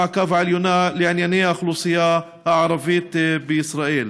וכן ועדת המעקב העליונה לענייני האוכלוסייה הערבית בישראל.